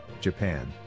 Japan